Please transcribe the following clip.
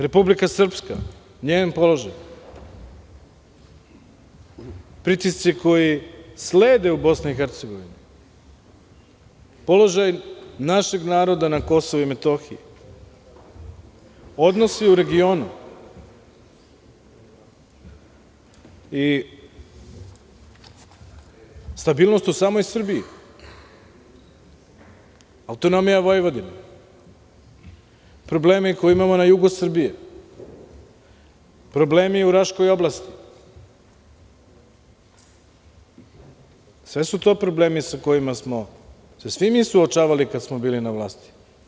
Republika Srpska, njen položaj, pritisci koji slede u BiH, položaj našeg naroda na KiM, odnosi u regionu i stabilnost u samoj Srbiji, autonomija Vojvodine, problemi koje imamo na jugu Srbije, problemi u Raškoj oblasti, sve su to problemi sa kojima smo se svi mi suočavali kada smo bili na vlasti.